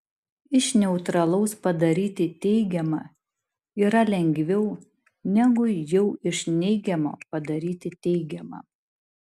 iš neutralaus padaryti teigiamą yra lengviau negu jau iš neigiamo padaryti teigiamą